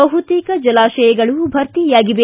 ಬಹುತೇಕ ಜಲಾಶಯಗಳು ಭರ್ತಿಯಾಗಿವೆ